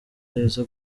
heza